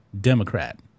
Democrat